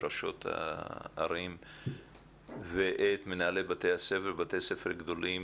וראשות הערים ואת מנהלי בתי הספר בבתי ספר גדולים,